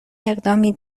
اقدامی